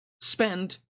spend